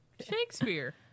Shakespeare